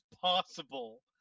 possible